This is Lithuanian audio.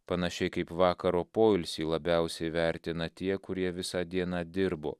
panašiai kaip vakaro poilsį labiausiai vertina tie kurie visą dieną dirbo